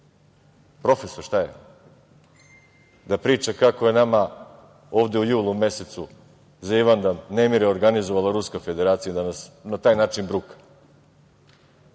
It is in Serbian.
profesor, šta je, da priča kako je nama ovde u julu mesecu za Ivandan nemire organizovala Ruska Federacija i da nas na taj način